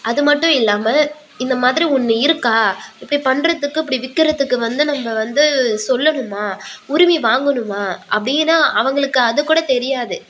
அது மட்டும் இல்லாமல் இந்த மாதிரி ஒன்று இருக்கா இப்படி பண்ணுறதுக்கு இப்படி விற்கிறதுக்கு வந்து நம்ப வந்து சொல்லணுமா உரிமையை வாங்கணுமா அப்படீன்னா அவர்களுக்கு அதுக்கூட தெரியாது